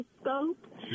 scope